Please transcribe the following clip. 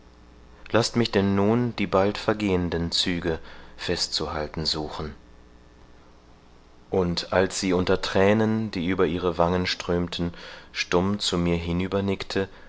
laßt mich denn nun die bald vergehenden züge festzuhalten suchen und als sie unter thränen die über ihre wangen strömten stumm zu mir